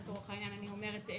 לצורך העניין אני אומרת,